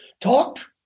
talked